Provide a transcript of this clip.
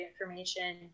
information